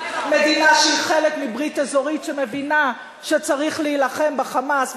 מדינה שהיא חלק מברית אזורית שמבינה שצריך להילחם ב"חמאס",